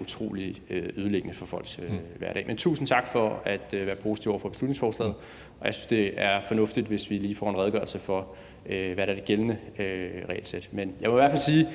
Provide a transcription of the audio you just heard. utrolig ødelæggende for folks hverdag. Men tusind tak for at være positiv over for beslutningsforslaget. Og jeg synes, det er fornuftigt, hvis vi lige får en redegørelse for, hvad der er det gældende regelsæt.